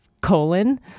colon